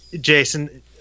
Jason